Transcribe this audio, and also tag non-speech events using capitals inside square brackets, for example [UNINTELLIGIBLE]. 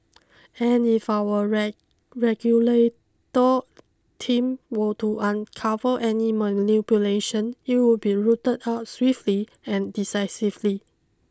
and if our [UNINTELLIGIBLE] regulator team were to uncover any manipulation it would be rooted out swiftly and decisively